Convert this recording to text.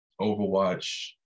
Overwatch